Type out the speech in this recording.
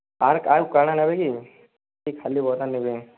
ଆଉ ଆଉ କାଣା ନେବେ କି ଖାଲି ବରା ନେବେ